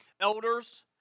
elders